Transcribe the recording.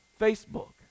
Facebook